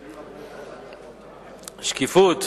שקיפות,